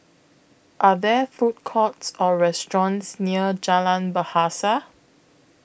Are There Food Courts Or restaurants near Jalan Bahasa